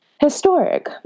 historic